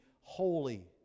holy